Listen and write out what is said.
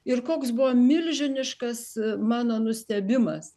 ir koks buvo milžiniškas mano nustebimas